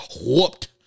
whooped